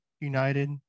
United